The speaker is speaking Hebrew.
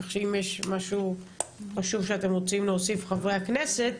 כך שאם יש משהו חשוב שאתם, חברי הכנסת,